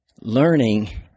Learning